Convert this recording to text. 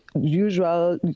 usual